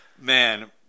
Man